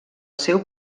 seu